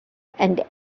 and